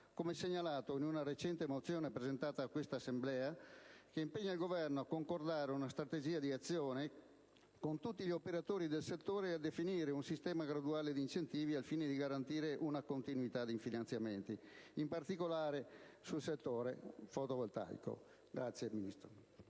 come segnalato in una recente mozione presentata a quest'Assemblea che impegna il Governo a concordare una strategia di azione con tutti gli operatori del settore ed a definire un sistema graduale di incentivi al fine di garantire una continuità di finanziamenti, in particolare, sul settore fotovoltaico. *(Applausi